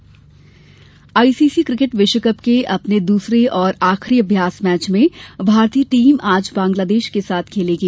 cricket ICC cricket विश्वकप के अपने दूसरे और आखिरी अभ्यास मैच में भारतीय टीम आज बंगलादेश के साथ खेलेगी